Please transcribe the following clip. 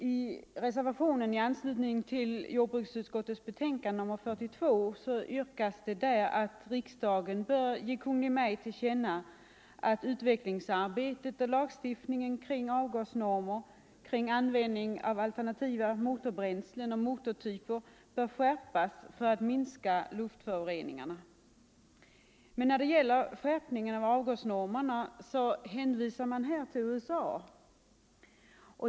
Herr talman! I den reservation som fogats till jordbruksutskottets betänkande nr 42 yrkas att riksdagen ger Kungl. Maj:t till känna att utvecklingsarbetet och lagstiftningen kring avgasnormer och användning av alternativa motorbränslen och motortyper bör skärpas för att minska luftföroreningarna. När det gäller skärpningen av avgasnormerna hänvisar reservanterna bl.a. till USA.